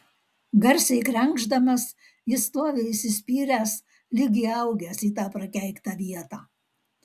garsiai krenkšdamas jis stovi įsispyręs lyg įaugęs į tą prakeiktą vietą